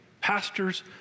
Pastors